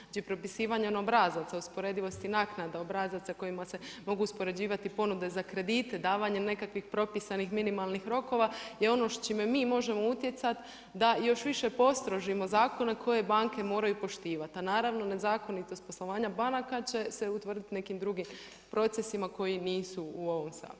Znači, propisivanje obrazaca usporedivosti naknada obrazaca kojima se mogu uspoređivati ponude za kredite, davanje nekakvih propisanih minimalnih rokova je ono s čime mi možemo utjecati da još više postrožimo zakone koje banke moraju poštivati, a naravno nezakonitost poslovanje banaka će se utvrditi nekim drugim procesima koji nisu u ovom Saboru.